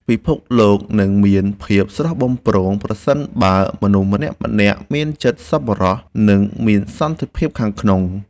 ពិភពលោកនឹងមានភាពស្រស់បំព្រងប្រសិនបើមនុស្សម្នាក់ៗមានចិត្តសប្បុរស និង មានសន្តិភាពខាងក្នុង។